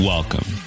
Welcome